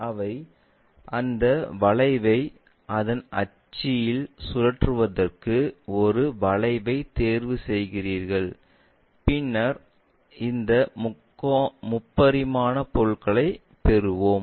எனவே அந்த வளைவை ஒரு அச்சில் சுற்றுவதற்கு ஒரு வளைவைத் தேர்வு செய்கிறீர்கள் பின்னர் இந்த முப்பரிமாண பொருள்களைப் பெறுவோம்